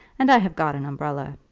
and i have got an umbrella.